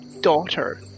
daughter